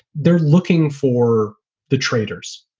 they're looking for the traders,